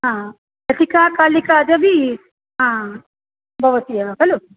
ह अस्ति का कालिकादपि भवत्येव खलु